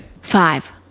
Five